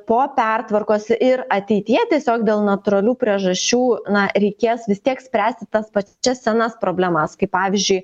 po pertvarkos ir ateityje tiesiog dėl natūralių priežasčių na reikės vis tiek spręsti tas pačias senas problemas kaip pavyzdžiui